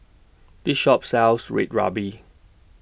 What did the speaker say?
This Shop sells Red Ruby